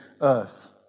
earth